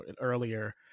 earlier